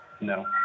No